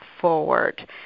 forward